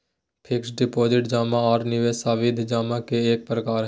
fixed deposit जमा आर निवेश सावधि जमा के एक प्रकार हय